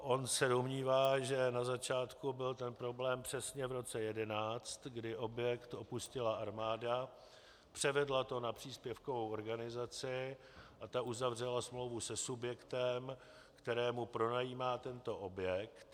On se domnívá, že na začátku byl ten problém přesně v roce 2011, kdy objekt opustila armáda, převedla to na příspěvkovou organizaci a ta uzavřela smlouvu se subjektem, kterému pronajímá tento objekt.